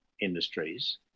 industries